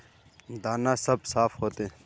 दाना सब साफ होते?